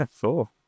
Sure